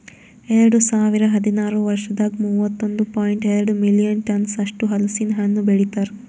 ಎರಡು ಸಾವಿರ ಹದಿನಾರು ವರ್ಷದಾಗ್ ಮೂವತ್ತೊಂದು ಪಾಯಿಂಟ್ ಎರಡ್ ಮಿಲಿಯನ್ ಟನ್ಸ್ ಅಷ್ಟು ಹಲಸಿನ ಹಣ್ಣು ಬೆಳಿತಾರ್